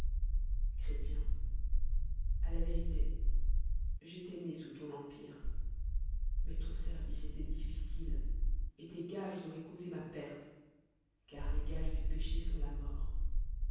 a la vérité j'êtois né s us ton empire mais too lerviee étoie difficile et tes gages auroient causé ma perte car les ya e's dr péché sw la mort